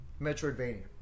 Metroidvania